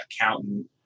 accountant